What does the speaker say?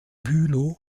bülow